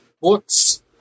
books